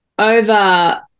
Over